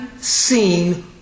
seen